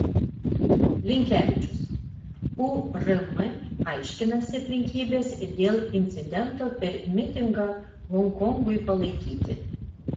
linkevičius urm aiškinasi aplinkybes dėl incidento per mitingą honkongui palaikyti